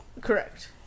correct